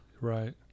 Right